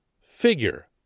figure